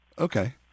Okay